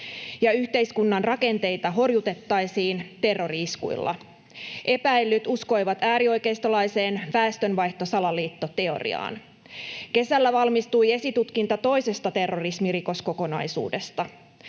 ja yhteiskunnan rakenteita horjutettaisiin terrori-iskuilla. Epäillyt uskoivat äärioikeistolaiseen väestönvaihtosalaliittoteoriaan. Kesällä valmistui esitutkinta toisesta terrorismi-rikoskokonaisuudesta.